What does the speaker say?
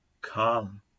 come